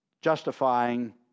Justifying